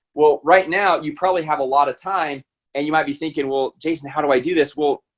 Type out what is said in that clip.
well right now you probably have a lot of time and you might be thinking. well jason, how do i do this? well,